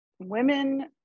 Women